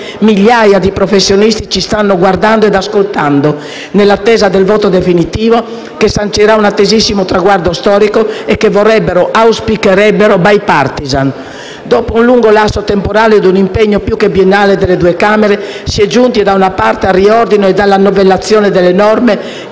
migliaia di professionisti ci stanno guardando ed ascoltando, nell'attesa del voto definitivo che sancirà un attesissimo traguardo storico e che vorrebbero, auspicherebbero bipartisan. Dopo un lungo lasso temporale ed un impegno più che biennale delle due Camere, si è giunti, da una parte, al riordino ed alla novellazione delle norme